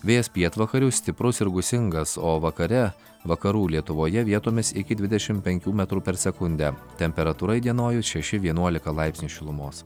vėjas pietvakarių stiprus ir gūsingas o vakare vakarų lietuvoje vietomis iki dvidešim penkių metrų per sekundę temperatūra įdienojus šeši vienuolika laipsnių šilumos